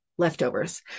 leftovers